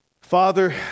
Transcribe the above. Father